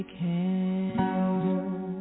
candle